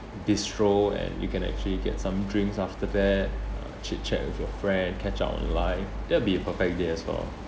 bistro and you can actually get some drinks after that uh chit chat with your friend catch up on life that'll be a perfect day as well